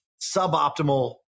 suboptimal